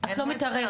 את לא מתערבת.